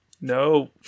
no